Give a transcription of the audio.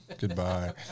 Goodbye